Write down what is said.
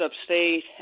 upstate